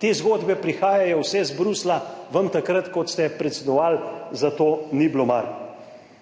te zgodbe prihajajo vse iz Bruslja, vam takrat, ko ste predsedovali, za to ni bilo mar.